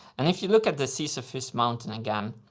and if you look at the sisyphus mountain again,